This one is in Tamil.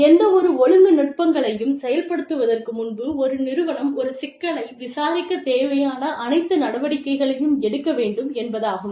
எந்தவொரு ஒழுங்கு நுட்பங்களையும் செயல்படுத்துவதற்கு முன்பு ஒரு நிறுவனம் ஒரு சிக்கலை விசாரிக்கத் தேவையான அனைத்து நடவடிக்கைகளையும் எடுக்க வேண்டும் என்பதாகும்